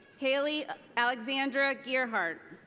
hailey alexandra gearhart.